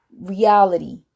reality